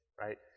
right